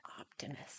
Optimist